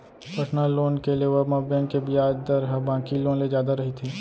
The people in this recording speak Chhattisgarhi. परसनल लोन के लेवब म बेंक के बियाज दर ह बाकी लोन ले जादा रहिथे